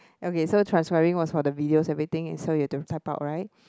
okay so transcribing was for the videos everything so you have to type out right